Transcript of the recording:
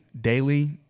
daily